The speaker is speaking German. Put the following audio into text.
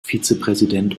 vizepräsident